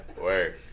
Work